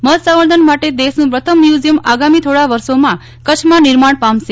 મધ સંવર્ધન માટે દેશનું પ્રથમ મ્યુઝિયમ આગામી થોડા વર્ષાેમાં કચ્છમાં નિર્માણ પામશે